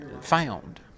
found